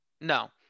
No